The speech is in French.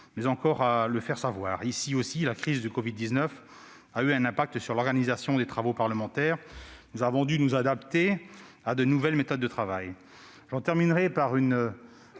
mais encore à faire savoir que nous le faisons. La crise du covid-19 a aussi eu un impact sur l'organisation des travaux parlementaires : nous avons dû nous adapter à de nouvelles méthodes de travail.